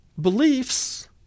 beliefs